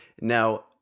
Now